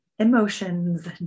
emotions